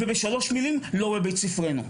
ובשלוש מילים לא בבית ספרנו.